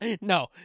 No